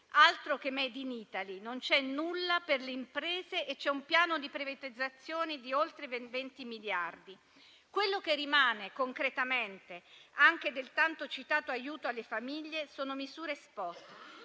Altro che *made in Italy*: non c'è nulla per le imprese e c'è un piano di privatizzazioni per oltre 20 miliardi. Quello che rimane concretamente anche del tanto citato aiuto alle famiglie sono misure *spot*